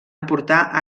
aportar